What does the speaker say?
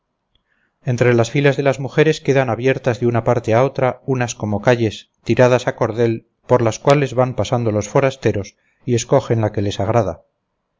entre las filas de las mujeres quedan abiertas de una parte a otra unas como calles tiradas a cordel por las cuales van pasando los forasteros y escogen la que les agrada